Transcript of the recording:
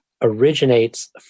originates